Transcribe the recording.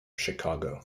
chicago